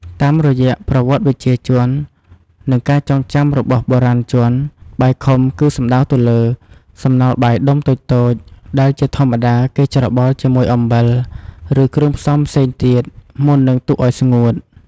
តាមរយៈប្រវត្តិវិជ្ជាជន និងការចងចាំរបស់បុរាណជន បាយខុំ គឺសំដៅទៅលើ សំណល់បាយដុំតូចៗ ដែលជាធម្មតាគេច្របល់ជាមួយអំបិល ឬគ្រឿងផ្សំផ្សេងទៀត មុននឹងទុកឲ្យស្ងួត។